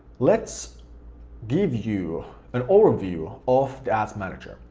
let's give you an overview of the ads manager.